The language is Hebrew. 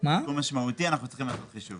זה סכום משמעותי, אנחנו צריכים לעשות חישוב